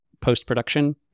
post-production